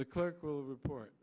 the clerk will report